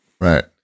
right